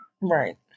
right